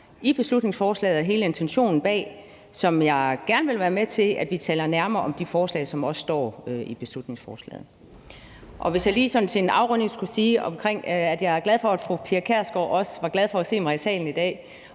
i beslutningsforslaget og hele intentionen bag, som jeg gerne vil være med til at vi taler nærmere om, altså de forslag, som er nævnt i beslutningsforslaget. Her til afrunding vil jeg sige, at jeg er glad for, at fru Pia Kjærsgaard også var glad for at se mig i salen i dag.